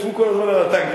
ישבו כל הזמן על הטנקים.